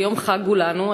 יום חג הוא לנו,